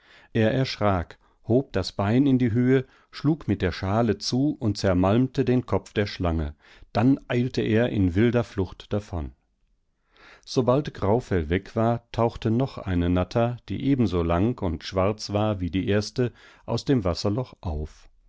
er erschrak hob das bein in die höhe schlug mit der schale zu und zermalmtedenkopfderschlange danneilteerinwilderfluchtdavon sobald graufell weg war tauchte noch eine natter die ebenso lang und schwarz war wie die erste aus dem wasserloch auf